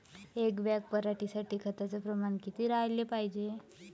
एक बॅग पराटी साठी खताचं प्रमान किती राहाले पायजे?